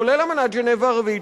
כולל אמנת ז'נבה הרביעית,